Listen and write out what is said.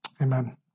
Amen